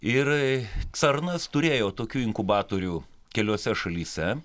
ir cernas turėjo tokių inkubatorių keliose šalyse